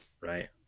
Right